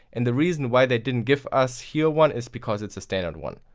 and the reason why they didn't give us here one is, because it's a standard one.